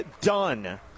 done